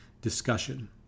discussion